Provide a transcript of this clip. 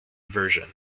version